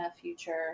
future